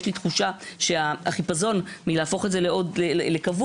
יש לי תחושה שהחיפזון מלהפוך את זה לקבוע